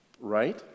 right